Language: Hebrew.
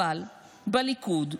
אבל בליכוד,